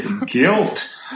guilt